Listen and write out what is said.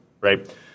right